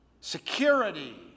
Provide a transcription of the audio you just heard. security